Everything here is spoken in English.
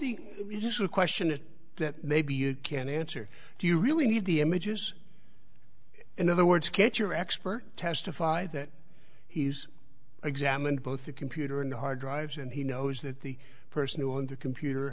to question that maybe you can answer do you really need the images in other words can't your expert testify that he's examined both the computer and the hard drives and he knows that the person who on the computer